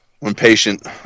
impatient